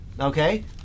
okay